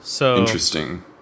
Interesting